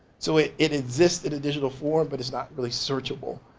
so it it exist in digital form but it's not really searchable.